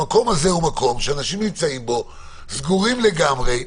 המקום הזה הוא מקום שאנשים נמצאים בו סגורים לגמרי,